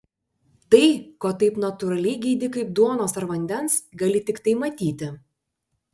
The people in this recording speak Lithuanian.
tai ko taip natūraliai geidi kaip duonos ar vandens gali tiktai matyti